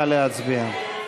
נא להצביע.